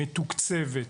מתוקצבת,